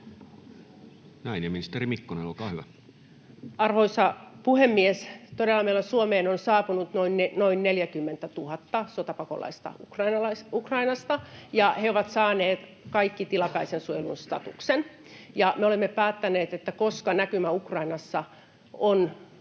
Arvoisa puhemies! Meille Suomeen on todella saapunut noin 40 000 sotapakolaista Ukrainasta ja he ovat saaneet kaikki tilapäisen suojelun statuksen. Me olemme päättäneet, että koska näkymä Ukrainassa on tulevaisuuden